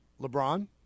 LeBron